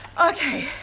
Okay